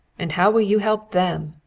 and how will you help them?